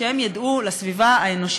שהן ידעו לייצר את זה לסביבה האנושית,